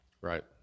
right